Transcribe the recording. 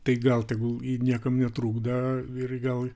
tai gal tegul niekam netrukdo ir gal